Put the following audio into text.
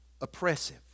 oppressive